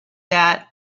that